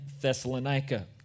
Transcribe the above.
Thessalonica